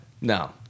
No